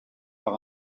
par